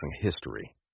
history